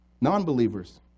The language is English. Non-believers